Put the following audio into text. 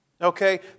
Okay